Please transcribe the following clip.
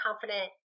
confident